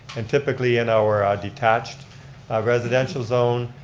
and typically in our detached residential zone,